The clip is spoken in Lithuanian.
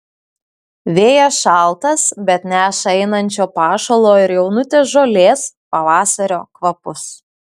vėjas šaltas bet neša einančio pašalo ir jaunutės žolės pavasario kvapus